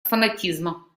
фанатизма